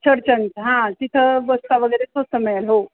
चडचन हां तिथं बस्ता वगैरे स्वस्त मिळेल हो